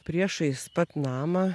priešais pat namą